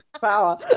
power